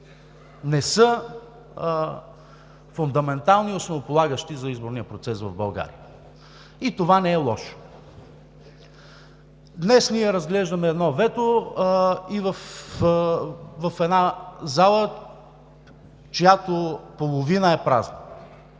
не са фундаментални, основополагащи за изборния процес в България, и това не е лошо. Днес разглеждаме едно вето в една зала, чиято половина е празна,